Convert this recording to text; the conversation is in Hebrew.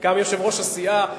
אני יושב-ראש הסיעה גם.